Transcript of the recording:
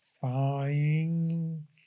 Fine